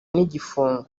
n’igifungo